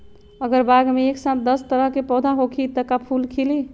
अगर बाग मे एक साथ दस तरह के पौधा होखि त का फुल खिली?